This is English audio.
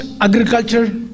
agriculture